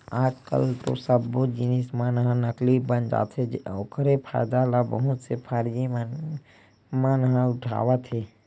आज कल तो सब्बे जिनिस मन ह नकली बन जाथे ओखरे फायदा बहुत से फरजी मनखे मन ह उठावत हे